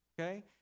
Okay